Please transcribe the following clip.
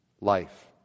life